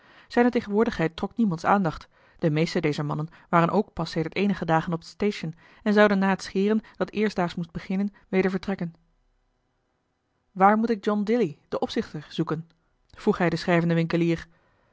zijne tegenwoordigheid trok niemands aandacht de meeste dezer mannen waren ook pas sedert eenige dagen op het station en zouden na het scheren dat eerstdaags moest beginnen weder vertrekken waar moet ik john dilly den opzichter zoeken vroeg hij den schrijvenden winkelier